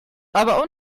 aber